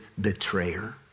betrayer